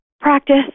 practice